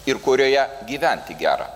ir kurioje gyventi gera